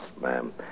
ma'am